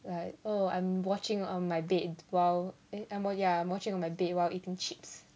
like oh I'm watching on my bed while eh ya I'm watching on my bed while eating chips